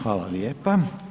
Hvala lijepa.